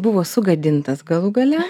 buvo sugadintas galų gale